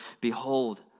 Behold